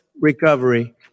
recovery